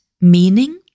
meaning